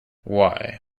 why